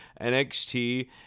NXT